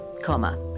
comma